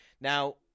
Now